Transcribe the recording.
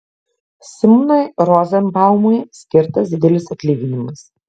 simonui rozenbaumui skirtas didelis atlyginimas